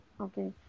okay